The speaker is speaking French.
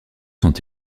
sont